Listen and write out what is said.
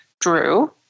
Drew